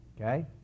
okay